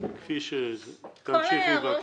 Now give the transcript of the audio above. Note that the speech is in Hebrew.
תמשיכי בבקשה.